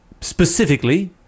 Specifically